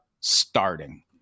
starting